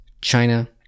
China